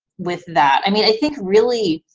with that. i mean i think really,